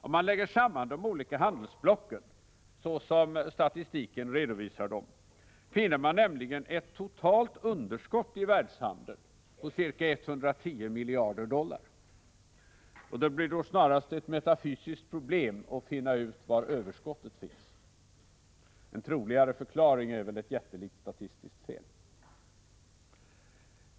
Om man lägger samman de olika handelsblocken, såsom statistiken redovisar dem, finner man nämligen ett totalt underskott i världshandeln på ca 110 miljarder dollar, och det blir då snarast ett metafysiskt problem att finna ut var överskottet finns. En troligare förklaring är ett jättelikt statistiskt fel.